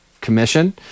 Commission